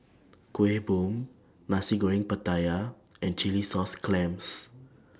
Kueh Bom Nasi Goreng Pattaya and Chilli Sauce Clams